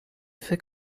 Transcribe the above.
fait